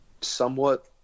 somewhat